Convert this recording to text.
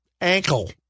ankle